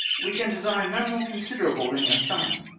we can desire none more considerable than your son.